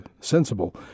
sensible